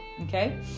okay